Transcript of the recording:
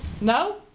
No